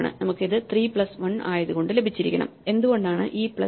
നമുക്ക് ഇത് 3 പ്ലസ് 1 ആയതു കൊണ്ട് ലഭിച്ചിരിക്കണം എന്തുകൊണ്ടാണ് ഇ പ്ലസ് ഇ